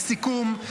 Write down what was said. לסיכום,